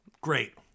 great